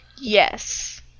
Yes